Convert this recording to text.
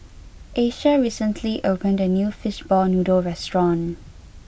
Asia recently opened a new fishball noodle restaurant